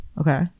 Okay